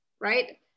right